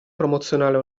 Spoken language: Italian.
promozionale